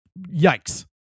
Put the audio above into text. Yikes